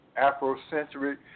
Afrocentric